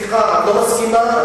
סליחה, את לא מסכימה?